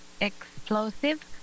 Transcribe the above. explosive